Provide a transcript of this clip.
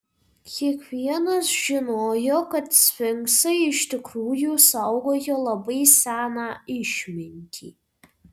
kiekvienas žinojo kad sfinksai iš tikrųjų saugojo labai seną išmintį